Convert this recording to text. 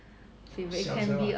小时候啊